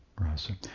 Rasa